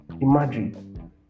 imagine